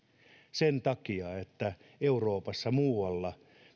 sen takia että euroopassa muualla